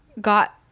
got